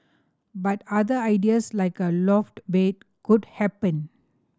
but other ideas like a loft bed could happen